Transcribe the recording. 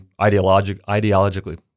ideologically